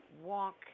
Walk